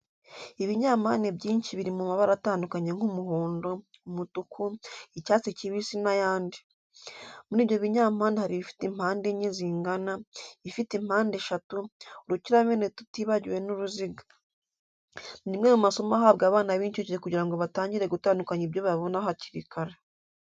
Ibinyampande byinshi biri mu mabara atandukanye nk'umuhondo, umutuku, icyatsi kibisi n'ayandi. Muri ibyo binyampande hari ibifite impande enye zingana, ibifite impande eshatu, urukiramende tutibagiwe n'uruziga. Ni rimwe mu masomo ahabwa abana b'incuke kugira ngo batangire gutandukanya ibyo babona hakiri kare.